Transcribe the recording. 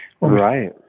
Right